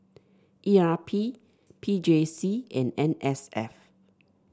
E R P P J C and N S F